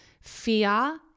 fear